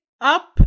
up